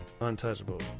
Untouchable